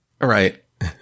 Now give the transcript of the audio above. Right